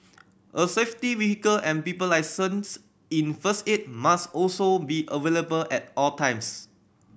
a safety vehicle and people licensed in first aid must also be available at all times